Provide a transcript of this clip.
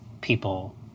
people